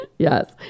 Yes